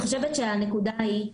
הנקודה היא,